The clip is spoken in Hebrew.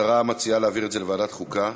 השרה מציעה להעביר את הנושא לוועדת החוקה.